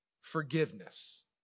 forgiveness